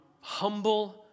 humble